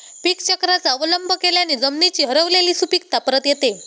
पीकचक्राचा अवलंब केल्याने जमिनीची हरवलेली सुपीकता परत येते